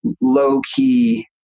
low-key